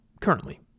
currently